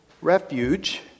refuge